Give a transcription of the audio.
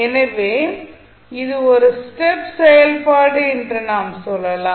எனவே இது ஒரு ஸ்டெப் செயல்பாடு என்று நாம் சொல்லலாம்